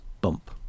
Bump